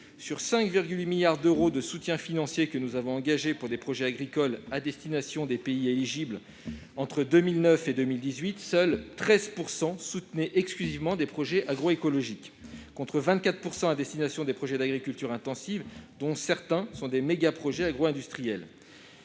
Sur 5,8 milliards d'euros de soutien financier que nous avons engagés pour des projets agricoles à destination des pays éligibles entre 2009 et 2018, seuls 13 % soutenaient exclusivement des projets agroécologiques, contre 24 % à destination de projets d'agriculture intensive, dont certains sont des mégaprojets agro-industriels.